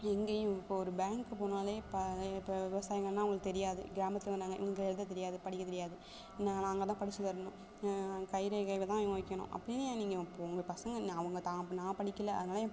எங்கையும் இப்போ ஒரு பேங்க்குக்கு போனாலே இப்போ இப்போ விவசாயிங்கன்னா அவங்களுக்கு தெரியாது கிராமத்துலந்து வந்தவங்க இவங்களுக்கு எழுத தெரியாது படிக்க தெரியாது நான் நாங்கள்தான் படிச்சு தரணும் கைரேகை தான் இவங்க வைக்கணும் அப்படின்னு ஏன் நீங்கள் இப்போ உங்கள் பசங்க நான் அவங்க தாம் நான் படிக்கல அதனால ஏன்